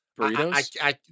burritos